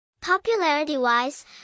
Popularity-wise